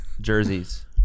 Jerseys